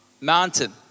mountain